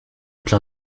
plein